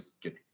get